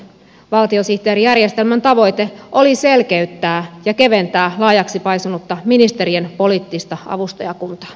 valtiosihteerijärjestelmän tavoite oli selkeyttää ja keventää laajaksi paisunutta ministerien poliittista avustajakuntaa